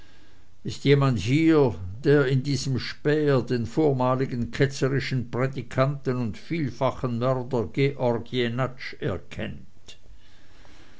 ist jemand hier der in diesem späher den vormaligen ketzerischen prädikanten und vielfachen mörder georg jenatsch erkennt